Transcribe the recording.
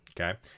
Okay